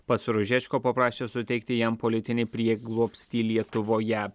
pats ružečko paprašė suteikti jam politinį prieglobstį lietuvoje